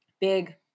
big